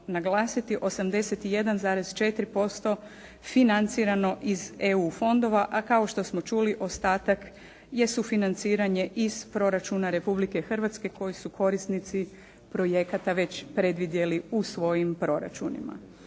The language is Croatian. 81,4% financirano iz EU fondova a kao što smo čuli ostatak je sufinanciranje iz proračuna Republike Hrvatske koji su korisnici projekata već predvidjeli u svojim proračunima.